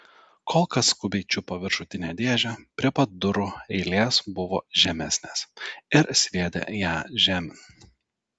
kolka skubiai čiupo viršutinę dėžę prie pat durų eilės buvo žemesnės ir sviedė ją žemėn